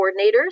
coordinators